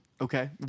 Okay